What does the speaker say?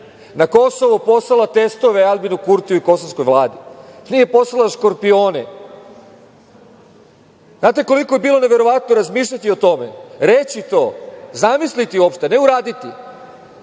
na Kosovo poslala testove Aljbinu Kurtiju i kosovskoj vladi. Nije poslala škorpione. Znate koliko je bilo neverovatno razmišljati o tome, reći to, zamisliti uopšte, ne uraditi,